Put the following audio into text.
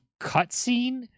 cutscene